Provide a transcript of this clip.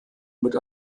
wird